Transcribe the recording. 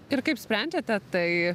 ir kaip sprendžiate tai